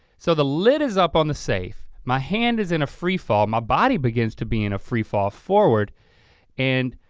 so the lid is up on the safe, my hand is in a free-fall, my body begins to be in a free-fall forward and